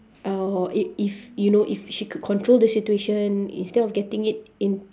or i~ if you know if she could control the situation instead of getting it in